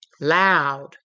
loud